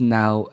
now